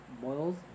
boils